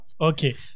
Okay